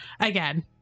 again